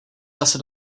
zase